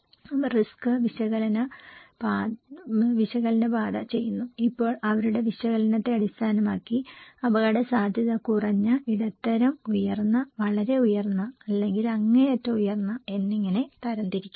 അവർ risk വിശകലന പാത ചെയ്യുന്നു ഇപ്പോൾ അവരുടെ വിശകലനത്തെ അടിസ്ഥാനമാക്കി അപകടസാധ്യത കുറഞ്ഞ ഇടത്തരം ഉയർന്ന വളരെ ഉയർന്ന അല്ലെങ്കിൽ അങ്ങേയറ്റം ഉയർന്ന എന്നിങ്ങനെ തരം തിരിക്കാം